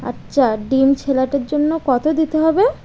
আচ্ছা ডিম সেলাদের জন্য কত দিতে হবে